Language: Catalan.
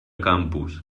campus